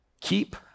Keep